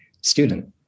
student